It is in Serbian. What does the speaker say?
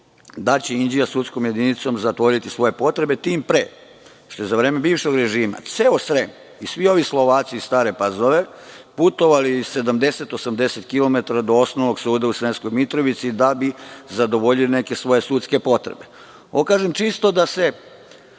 da će Inđija sudskom jedinicom zatvoriti svoje potrebe, tim pre što su za vreme bivšeg režima ceo Srem i svi ovi Slovaci iz Stare Pazove putovali 70-80 km do osnovnog suda u Sremskoj Mitrovici, da bi zadovoljili neke svoje sudske potrebe. Ovo kažem kao čovek